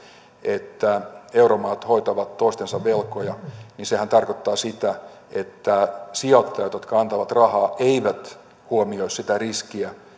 että euromaat hoitavat toistensa velkoja niin sehän tarkoittaa sitä että sijoittajat jotka antavat rahaa eivät huomioi sitä riskiä